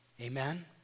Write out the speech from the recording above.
Amen